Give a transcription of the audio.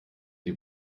sie